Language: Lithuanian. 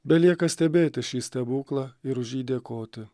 belieka stebėti šį stebuklą ir už jį dėkoti